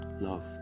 love